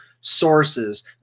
sources